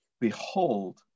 Behold